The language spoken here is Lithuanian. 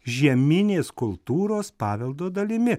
žieminės kultūros paveldo dalimi